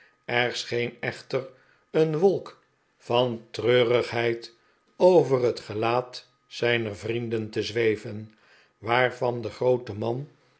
er scheen echter een wolk van treurigheid over het gelaat zijner vrienden te zweven waarvan de groote man